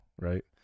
right